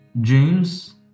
James